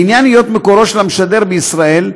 לעניין היות מקורו של המשדר בישראל,